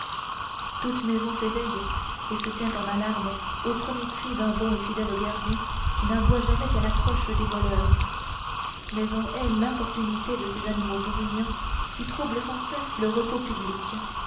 toute une maison s'éveille et se tient en alarmes aux premiers cris d'un bon et fidèle gardien qui n'aboie jamais qu'à l'approche des voleurs mais on hait l'importunité de ces animaux bruyants qui troublent sans cesse le repos public